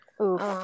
Oof